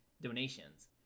donations